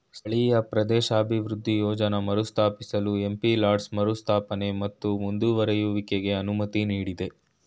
ಸ್ಥಳೀಯ ಪ್ರದೇಶಾಭಿವೃದ್ಧಿ ಯೋಜ್ನ ಮರುಸ್ಥಾಪಿಸಲು ಎಂ.ಪಿ ಲಾಡ್ಸ್ ಮರುಸ್ಥಾಪನೆ ಮತ್ತು ಮುಂದುವರೆಯುವಿಕೆಗೆ ಅನುಮತಿ ನೀಡಿದೆ